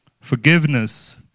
Forgiveness